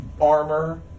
armor